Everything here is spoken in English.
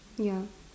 ya